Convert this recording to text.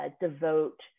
Devote